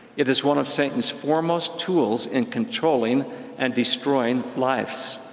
it is one of satan's foremost tools in controlling and destroying lives.